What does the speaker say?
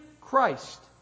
Christ